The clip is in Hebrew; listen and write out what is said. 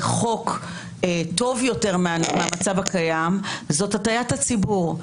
חוק טוב יותר מהמצב הקיים זו הטעיית הציבור.